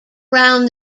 round